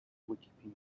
wikipedia